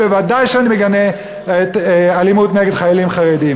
ודאי שאני מגנה אלימות נגד חיילים חרדים.